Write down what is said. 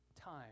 time